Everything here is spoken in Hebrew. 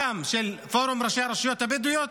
גם של פורום ראשי הרשויות הבדואיות,